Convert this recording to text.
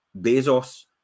Bezos